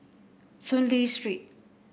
Soon Lee Street